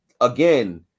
again